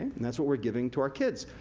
and that's what we're giving to our kids.